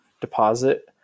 deposit